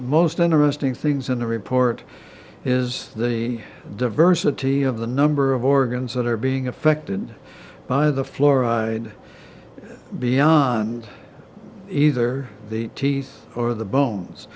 most interesting things in the report is that a diversity of the number of organs that are being affected by the fluoride beyond either the teeth or the bones